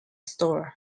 store